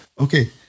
Okay